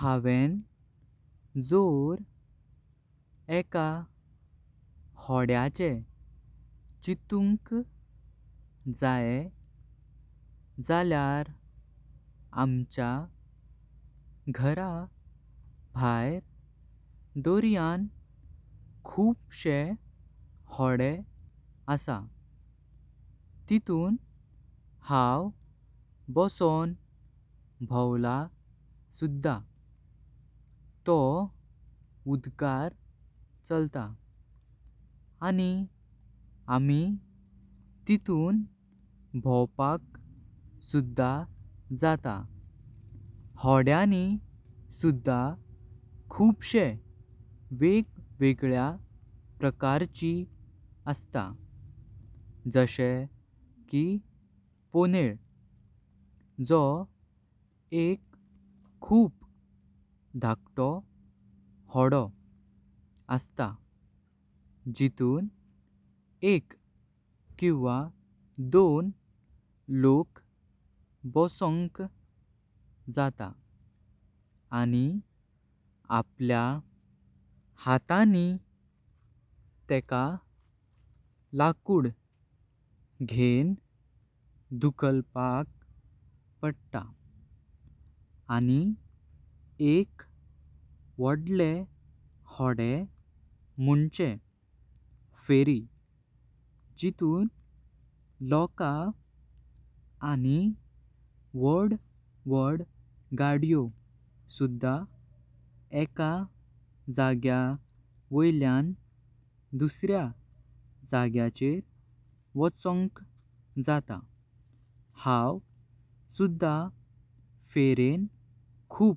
हावेँ जोर एका होड्याचे चित्तुंक जायें जालयार आमच्या घर बाह्यर दोर्यान खुब्सचे होडेह असा। तितून हांव बसोँ भोवला सुद्धा तो उद्कार चालता आणि आमी तितून भोवपाक सुद्धा जाता। होड्यांनी सुद्धा खुब्से वेगवेगळ्या प्रकारची अस्तात। जशे की पोनेल जो एक खुब ढाकतो गोडो असता। जिथून एक किंवा दोन लोक बसोँक जातात आणि आपल्या हातांनी तेका लाकुड घेवन धुकलप पडता। आणि एक वडले होडे मुँचे फेरी जिथून लोक। आणि वड वड गाडीयों सुद्धा एका जाग्या वाल्यान दुस्या जाग्याच्या वचुंक जाता। हांव सुद्धा फेरीं खुब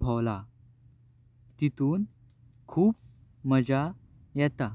भोवला तितून खुब मजा येता।